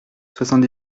soixante